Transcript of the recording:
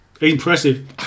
Impressive